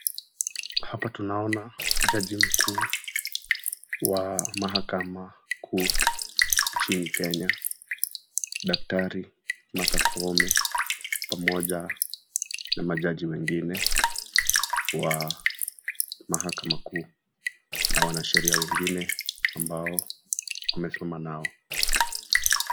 Hapa tunaona jaji mkuu wa mahakama kuu nchini Kenya. Daktari Martha Koome pamoja na majaji wengine wa mahakama kuu . Na wanasheria wengine ambao wamesimama nao.